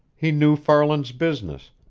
he knew farland's business,